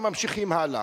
ממשיכים הלאה.